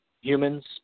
humans